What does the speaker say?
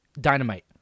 Dynamite